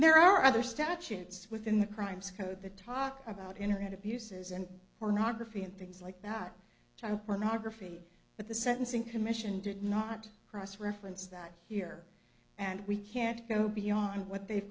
there are other statutes within the crimes code the talk about internet abuses and pornography and things like that child pornography but the sentencing commission did not cross reference that here and we can't go beyond what they've